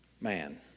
Man